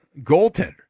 goaltender